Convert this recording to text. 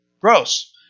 gross